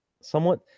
somewhat